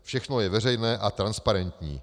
Všechno je veřejné a transparentní.